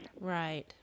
Right